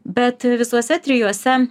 bet visuose trijuose